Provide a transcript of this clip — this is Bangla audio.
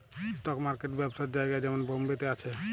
স্টক মার্কেট ব্যবসার জায়গা যেমন বোম্বে তে আছে